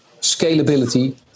scalability